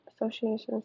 associations